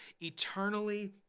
eternally